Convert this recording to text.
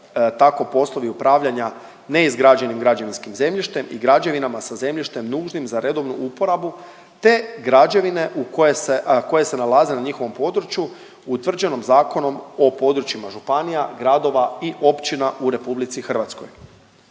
tako poslovi upravljanja neizgrađenim građevinskim zemljištem i građevinama sa zemljištem nužnim za redovnu uporabu, te građevine koje se nalaze na njihovom području utvrđeno Zakonom o područjima županija, gradova i općina u Republici Hrvatskoj.